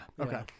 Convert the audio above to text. okay